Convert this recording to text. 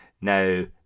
Now